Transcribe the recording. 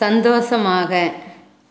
சந்தோஷமாக